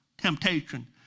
temptation